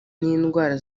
n’indwara